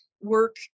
work